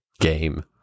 game